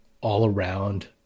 all-around